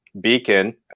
Beacon